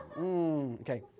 Okay